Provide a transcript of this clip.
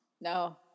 No